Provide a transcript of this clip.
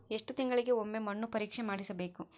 ಎಷ್ಟು ತಿಂಗಳಿಗೆ ಒಮ್ಮೆ ಮಣ್ಣು ಪರೇಕ್ಷೆ ಮಾಡಿಸಬೇಕು?